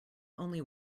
only